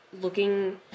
looking